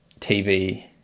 TV